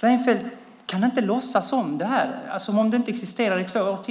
Reinfeldt kan inte i två år till låtsas att det inte existerar.